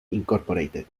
inc